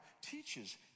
teaches